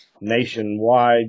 nationwide